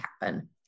happen